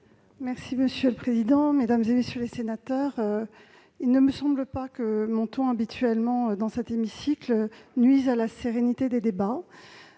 Monsieur le président, mesdames, messieurs les sénateurs, il ne me semble pas que mon ton habituel dans cet hémicycle nuise à la sérénité des débats.